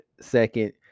second